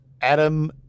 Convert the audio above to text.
Adam